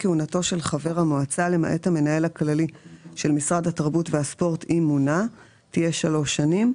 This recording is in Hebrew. הייתי במשרד המשפטים עד שנת